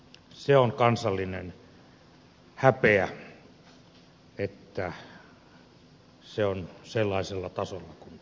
se on kansallinen häpeä että se on sellaisella tasolla kuin on